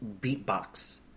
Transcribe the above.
beatbox